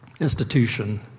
institution